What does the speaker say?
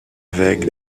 avec